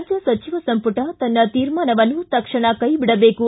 ರಾಜ್ಯ ಸಚಿವ ಸಂಪುಟ ತನ್ನ ತೀರ್ಮಾನವನ್ನು ತಕ್ಷಣ ಕೈ ಬಿಡಬೇಕು